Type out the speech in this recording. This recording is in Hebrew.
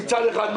מצד אחד,